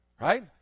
right